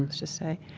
let's just say.